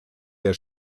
der